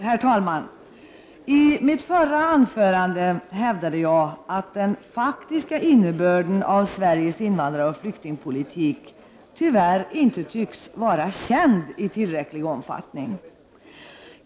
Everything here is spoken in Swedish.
Herr talman! I mitt anförande i det förra ärendet hävdade jag att den faktiska innebörden av Sveriges invandraroch flyktingpolitik tyvärr inte tycks vara känd i tillräcklig omfattning.